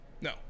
No